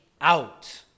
out